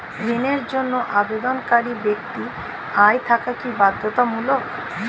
ঋণের জন্য আবেদনকারী ব্যক্তি আয় থাকা কি বাধ্যতামূলক?